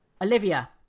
Olivia